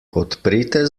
odprite